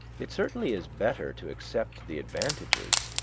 it certainly is better to accept the advantages,